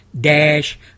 dash